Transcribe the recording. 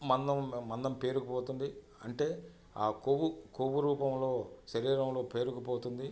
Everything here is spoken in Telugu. మందం మందం పేరుకుపోతుంది అంటే ఆ కొవ్వు కొవ్వు రూపంలో శరీరంలో పేరుకుపోతుంది